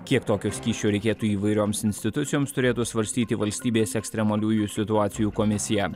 kiek tokio skysčio reikėtų įvairioms institucijoms turėtų svarstyti valstybės ekstremaliųjų situacijų komisija